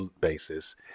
basis